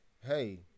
hey